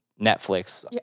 Netflix